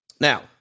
Now